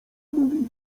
mówi